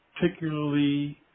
Particularly